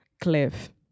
cliff